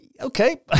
Okay